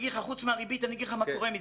חוץ מהריבית אני אגיד לך מה קורה מזה.